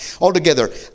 altogether